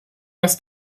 dass